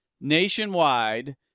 nationwide